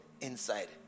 inside